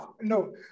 no